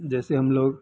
जैसे हम लोग